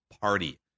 party